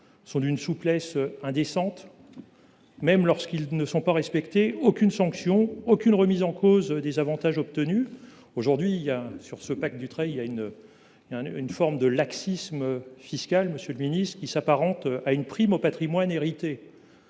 sont d’une souplesse indécente. Même lorsqu’ils ne sont pas respectés, aucune sanction ni aucune remise en cause des avantages obtenus ne sont prévues. Il y a là une forme de laxisme fiscal, monsieur le ministre, qui s’apparente à une prime au patrimoine hérité,